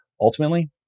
ultimately